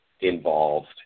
involved